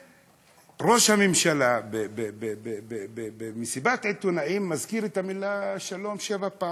ראש הממשלה במסיבת עיתונאים מזכיר את המילה שלום שבע פעמים,